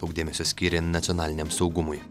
daug dėmesio skyrė nacionaliniam saugumui